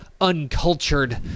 uncultured